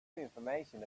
information